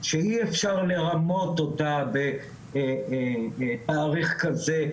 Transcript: שאי אפשר לרמות אותה בתאריך כזה,